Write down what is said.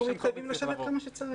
אנחנו מתחייבים לשבת כמה שצריך.